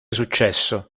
successo